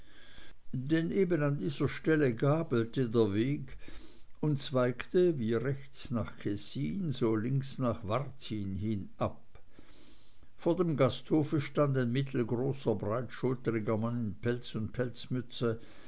denn an ebendieser stelle gabelte der weg und zweigte wie rechts nach kessin so links nach varzin hin ab vor dem gasthof stand ein mittelgroßer breitschultriger mann in pelz und pelzmütze